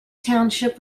township